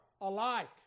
alike